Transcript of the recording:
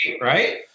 Right